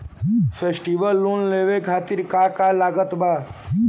Festival loan लेवे खातिर का का लागत बा?